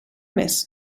més